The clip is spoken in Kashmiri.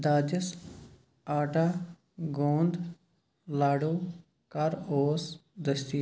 دادِس آٹا گوند لاڈو کر اوس دٔستی